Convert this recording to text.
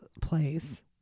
place